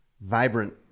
vibrant